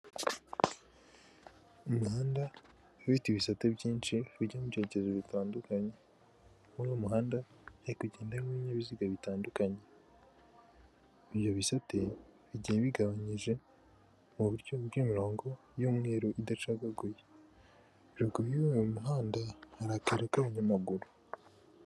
Umuhanda ufite ibisate byinshi bijya mu byegezo bitandukanye, muri uyu muhanda hari kugendamo ibinyabiziga bitandukanye, ibyo bisate bigiye bigabanyije mu buryo bw'imirongo y'umweruru, idacagaguye ruguru y'uwo muhanda hari akayira k'abanyamaguru.